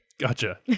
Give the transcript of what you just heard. Gotcha